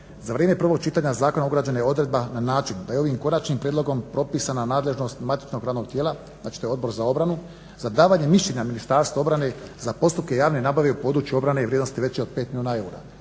za vrijeme prvog čitanja zakona ugrađena je odredba na način da je ovim konačnim prijedlogom propisana nadležnost matičnog radnog tijela, znači to je Odbor za obranu, za davanje mišljenja Ministarstvu obrane za postupke javne nabave u području obrane vrijednosti veće od 5 milijuna eura.